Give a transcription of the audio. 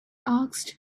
asked